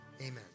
amen